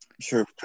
Sure